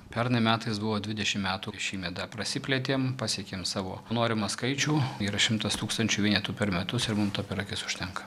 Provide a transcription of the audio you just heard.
pernai metais buvo dvidešim metų šįmet dar prasiplėtėm pasiekėm savo norimą skaičių yra šimtas tūkstančių vienetų per metus ir mum to per akis užtenka